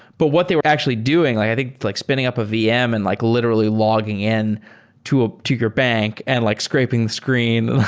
but what they were actually doing, like i think like spinning up a vm and like literally logging in to ah to your bank and like scraping the screen,